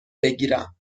بگیرم